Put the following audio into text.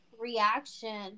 reaction